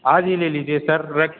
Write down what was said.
आज ही ले लीजिए सर रख